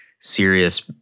serious